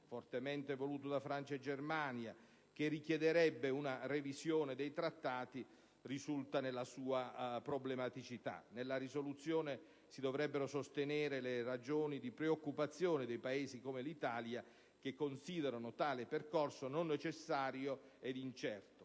fortemente voluto da Francia e Germania, che richiederebbe una revisione dei Trattati, risulta nella sua problematicità. Nella risoluzione si dovrebbero sostenere le ragioni di preoccupazione di Paesi come l'Italia, che considerano tale percorso non necessario ed incerto.